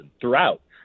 throughout